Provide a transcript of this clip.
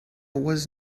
was